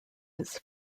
his